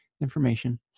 information